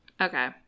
Okay